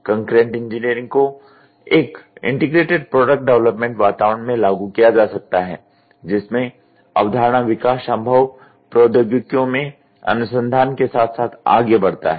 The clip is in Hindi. कंकरेंट इंजीनियरिंग को एक इंटीग्रेटेड प्रोडक्ट डेवलपमेंट वातावरण में लागू किया जा सकता है जिसमें अवधारणा विकास संभव प्रौद्योगिकियों में अनुसंधान के साथ साथ आगे बढ़ता है